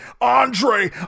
Andre